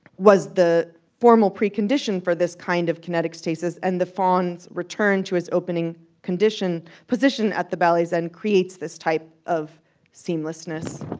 the formal precondition for this kind of kinetic stasis and the faun's return to his opening conditioned position at the ballet's end creates this type of seamlessness.